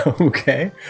Okay